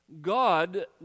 God